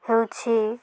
ହେଉଛି